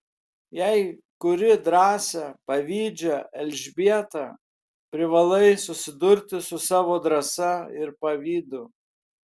jei kuri drąsią pavydžią elžbietą privalai susidurti su savo drąsa ir pavydu